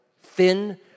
thin